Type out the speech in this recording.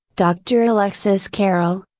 doctor alexis carrel,